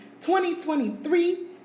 2023